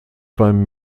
beim